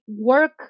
work